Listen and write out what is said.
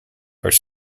are